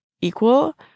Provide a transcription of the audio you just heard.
equal